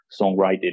songwriting